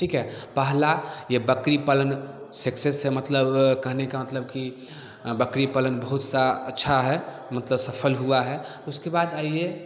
पहला ये बकरी पालन से से मतलब कहने का मतलब की बकरी पालन बहुत सा अच्छा है सफल हुआ है उसके बाद आइये